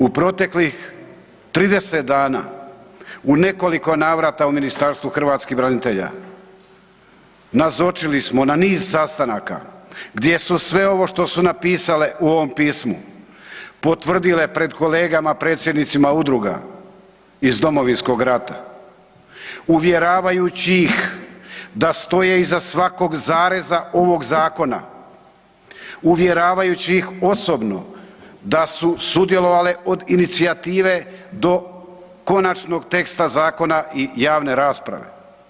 U proteklih 30 dana u nekoliko navrata u Ministarstvu hrvatskih branitelja nazočili smo na niz sastanaka gdje su sve ovo što su napisale u ovom pismu potvrdile pred kolegama predsjednicima udruga iz Domovinskog rata, uvjeravajući ih da stoje iza svakog zareza ovog zakona, uvjeravajući ih osobno da su sudjelovale od inicijative do konačnog teksta zakona i javne rasprave.